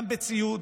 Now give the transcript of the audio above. גם בציוד,